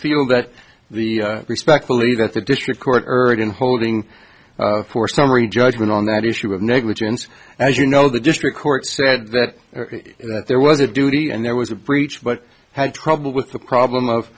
feel that the respectfully that the district court heard in holding for summary judgment on that issue of negligence as you know the district court said that there was a duty and there was a breach but had trouble with the problem of